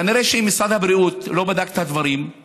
כנראה משרד הבריאות לא בדק את הדברים,